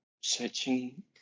searching